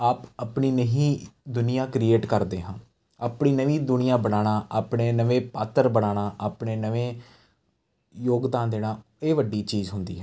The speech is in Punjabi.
ਆਪ ਆਪਣੀ ਨਵੀਂ ਦੁਨੀਆ ਕ੍ਰੀਏਟ ਕਰਦੇ ਹਾਂ ਆਪਣੀ ਨਵੀਂ ਦੁਨੀਆ ਬਣਾਉਣਾ ਆਪਣੇ ਨਵੇਂ ਪਾਤਰ ਬਣਾਉਣਾ ਆਪਣੇ ਨਵੇਂ ਯੋਗਦਾਨ ਦੇਣਾ ਇਹ ਵੱਡੀ ਚੀਜ਼ ਹੁੰਦੀ ਹੈ